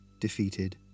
defeated